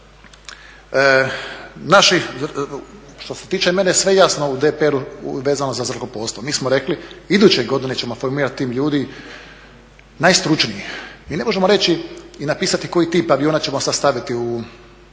Naši, što se tiče mene sve je jasno … vezano za zrakoplovstvo, mi smo rekli, iduće godine ćemo formirati tim ljudi najstručniji. Mi ne možemo reći koji tip aviona ćemo sastaviti u,